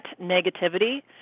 negativity